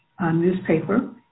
newspaper